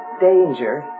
danger